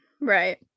Right